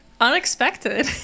unexpected